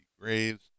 graves